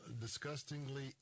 disgustingly